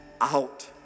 out